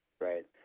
right